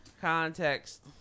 Context